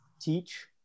teach